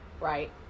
Right